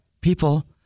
people